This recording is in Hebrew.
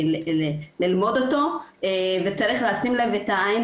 לא מדבר על תרבויות אחרות.